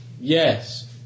Yes